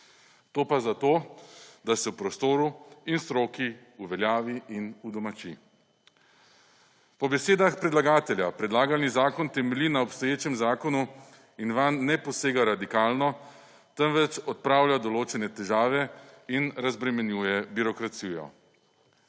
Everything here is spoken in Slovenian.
to pa, zato da se v prostoru in stroki uveljavi in udomači. Po besedah predlagatelja predlagani zakon temelji na obstoječem zakonu in vanj ne posega radikalno temveč odpravlja določene težave in razbremenjuje birokracijo.